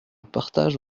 partage